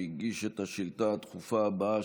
שהגיש את השאילתה הדחופה הבאה,